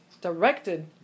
directed